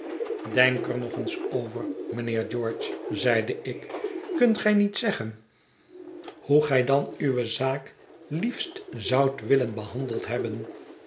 denk er nog eens over mijnheer george zeide ik kunt gij niet zeggen hoe gij dan uwe zaak liefst zoudt willen behandeld hebben